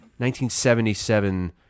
1977